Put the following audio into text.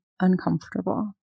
uncomfortable